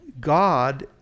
God